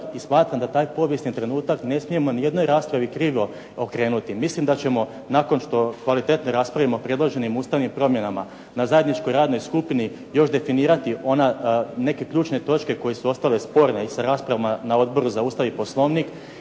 i smatram da taj povijesni trenutak ne smijemo ni u jednoj raspravi krivo okrenuti. Mislim da ćemo nakon što kvalitetno raspravimo o predloženim ustavnim promjenama na zajedničkoj radnoj skupini još definirati neke ključne točke koje su ostale sporne i sa raspravama na Odboru za Ustav i Poslovnik.